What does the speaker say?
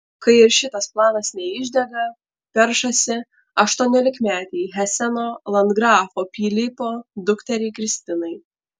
kai ir šitas planas neišdega peršasi aštuoniolikmetei heseno landgrafo pilypo dukteriai kristinai